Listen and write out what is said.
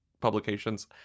Publications